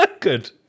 Good